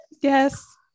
Yes